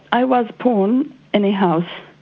i was born in a house.